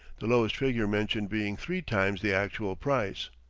the lowest figure mentioned being three times the actual price.